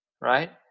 right